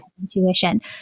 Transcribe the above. intuition